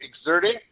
exerting